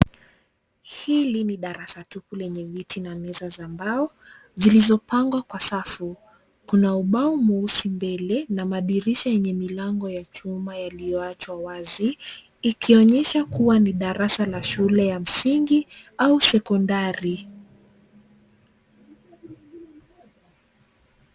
Hili ni darasa tupu lenye viti na meza za mbao zilizopangwa kwa safu. Kuna ubao mweusi na madirisha yenye milango ya chuma yalioachwa wazi ikionyesha kuwa ni darasa la shule ya msingi au sekondari.